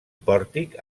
pòrtic